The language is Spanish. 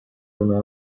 una